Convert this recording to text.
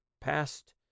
past